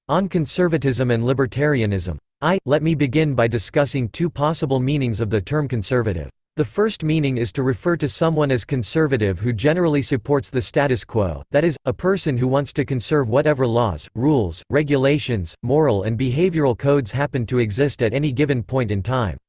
on conservatism and libertarianism. i. let me begin by discussing two possible meanings of the term conservative. the first meaning is to refer to someone as conservative who generally supports the status quo that is, a person who wants to conserve whatever laws, rules, regulations, moral and behavioral codes happen to exist at any given point in time.